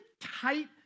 tight